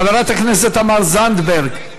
חברת הכנסת תמר זנדברג,